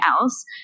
else